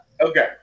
Okay